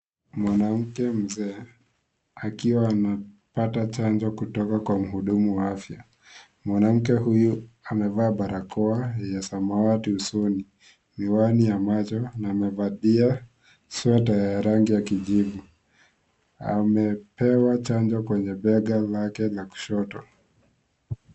Mwanamke mzee, akiwa anapata chanjo kutoka kwa mhudumu wa afya. Mwanamke huyu amevaa barakoa ya samawati usoni, miwani ya macho na amevalia sweta ya rangi ya kijivu. Amepewa chanjo kwenye bega lake la kushoto.